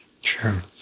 Sure